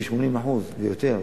70% ו-80% ויותר.